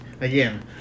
again